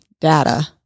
data